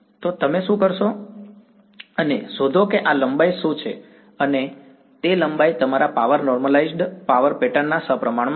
તેથી તમે શું કરો છો અને શોધો કે આ લંબાઈ શું છે અને તે લંબાઈ તમારા પાવર નોર્મલાઈઝ્ડ પાવર પેટર્ન ના સપ્રમાણ છે